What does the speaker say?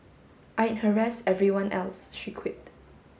I'd harass everyone else she quipped